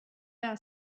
our